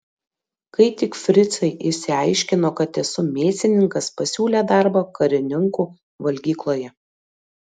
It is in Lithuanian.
kai tik fricai išsiaiškino kad esu mėsininkas pasiūlė darbą karininkų valgykloje